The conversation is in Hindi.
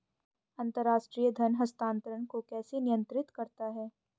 अंतर्राष्ट्रीय धन हस्तांतरण को कौन नियंत्रित करता है?